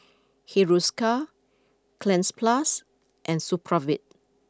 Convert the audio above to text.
Hiruscar Cleanz plus and Supravit